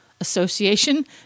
Association